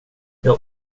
jag